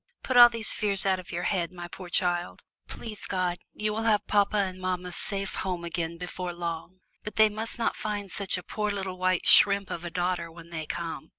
put all these fears out of your head, my poor child. please god you will have papa and mamma safe home again before long. but they must not find such a poor little white shrimp of a daughter when they come.